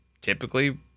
typically